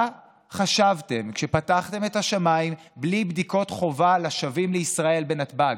מה חשבתם כשפתחתם את השמיים בלי בדיקות חובה לשבים לישראל בנתב"ג?